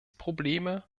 probleme